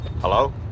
Hello